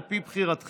על פי בחירתכם,